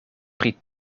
pri